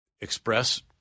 express